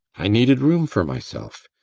i needed room for myself.